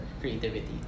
creativity